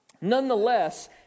nonetheless